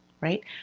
right